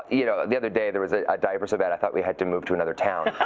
you know, the other day there was a diaper so bad, i thought we had to move to another town.